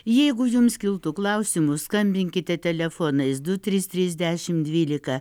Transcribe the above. jeigu jums kiltų klausimų skambinkite telefonais du trys trys dešimt dvylika